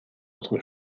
autre